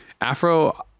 Afro